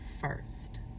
first